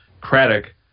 Craddock